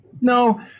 No